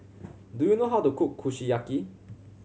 do you know how to cook Kushiyaki